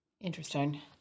Interesting